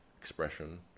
expression